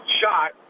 shot